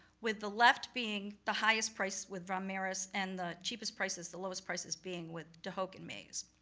with the left being the highest price, with van mieris, and the cheapest prices, the lowest prices being with de hooch and maes.